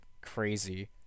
crazy